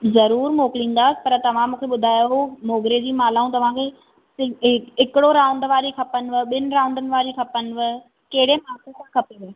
ज़रूरु मोकिलींदा पर तव्हां मूंखे ॿुधायो मोगरे जी मालाऊं तव्हांखे हिकु हिकिड़ो राउंड वारी खपनिव ॿिनि राउंडनि वारी खपनिव कहिड़े नाप जा खपेनि